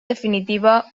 definitiva